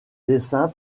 dessin